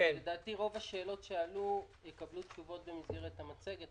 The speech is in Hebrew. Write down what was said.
לדעתי רוב השאלות שעלו כאן יקבלו תשובות במסגרת המצגת.